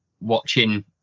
watching